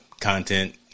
content